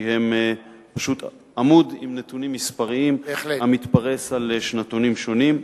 מכיוון שהם עמוד עם נתונים מספריים המתפרס על שנתונים שונים.